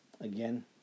Again